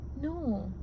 No